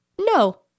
No